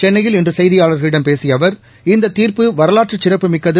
சென்னையில் இன்று செய்தியாளர்களிடம் பேசிய அவர் இந்த தீர்ப்பு வரலாற்று சிறப்புமிக்கது